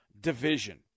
division